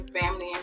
family